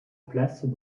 place